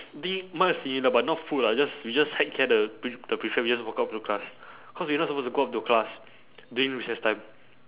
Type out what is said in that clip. I think mine is silly lah but not food lah we just we just heck care the pre~ the prefect we just walk up to the class cause we are not supposed to go up to the class during recess time